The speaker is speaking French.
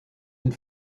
une